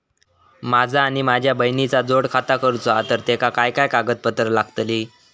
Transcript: माझा आणि माझ्या बहिणीचा जोड खाता करूचा हा तर तेका काय काय कागदपत्र लागतली?